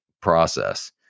process